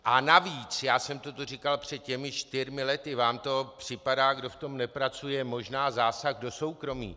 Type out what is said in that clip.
A navíc, já jsem to tu říkal před těmi čtyřmi lety vám to připadá, kdo v tom nepracuje, možná zásah do soukromí.